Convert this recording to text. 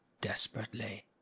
desperately